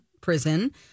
prison